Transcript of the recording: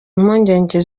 impungenge